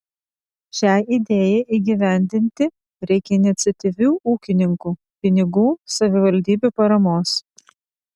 šiai idėjai įgyvendinti reikia iniciatyvių ūkininkų pinigų savivaldybių paramos